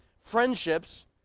friendships